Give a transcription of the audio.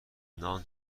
نان